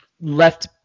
left